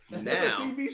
now